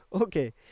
Okay